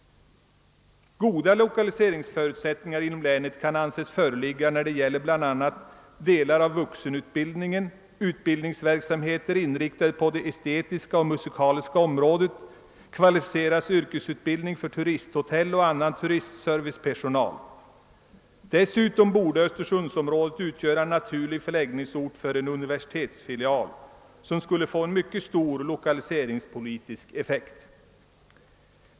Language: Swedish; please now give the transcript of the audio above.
Goda lokaliseringsförutsättningar inom länet kan anses föreligga när det gäller bl.a. delar av vuxenutbildningen, utbildningsverksamheter inriktade på det estetiska och musikaliska området, kvalificerad yrkesutbildning för turisthotell och annan turistservicepersonal. Dessutom borde <Östersundsområdet kunna utgöra en utomordentlig förläggningsort för en universitetsfilial, som skulle få en mycket stor lokaliseringspolitisk effekt.